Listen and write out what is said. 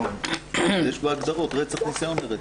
יש בהגדרות רצח וניסיון לרצח.